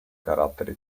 carattere